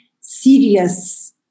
serious